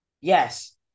Yes